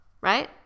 right